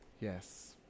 Yes